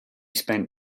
spent